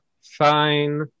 fine